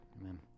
Amen